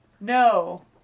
No